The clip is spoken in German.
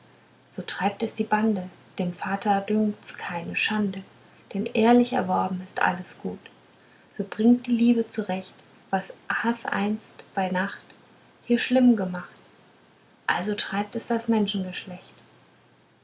so treibt es die bande dem vater dünkt's keine schande denn ehrlich erworben ist alles gut so bringt die liebe zurecht was haß einst bei nacht hier schlimm gemacht also treibt es das